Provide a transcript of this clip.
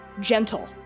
Gentle